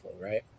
right